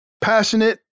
passionate